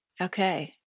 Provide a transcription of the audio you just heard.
Okay